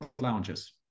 lounges